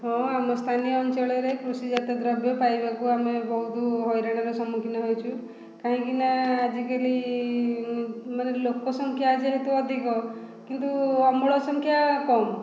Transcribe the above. ହଁ ଆମ ସ୍ଥାନୀୟ ଅଞ୍ଚଳରେ କୃଷିଜାତ ଦ୍ରବ୍ୟ ପାଇବାକୁ ଆମେ ବହୁତ ହଇରାଣର ସମ୍ମୁଖୀନ ହେଉଛୁ କାହିଁକି ନା ଆଜି କାଲି ମାନେ ଲୋକ ସଂଖ୍ୟା ଯେହେତୁ ଅଧିକ କିନ୍ତୁ ଅମଳ ସଂଖ୍ୟା କମ୍